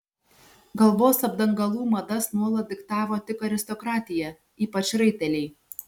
galvos apdangalų madas nuolat diktavo tik aristokratija ypač raiteliai